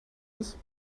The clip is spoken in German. ist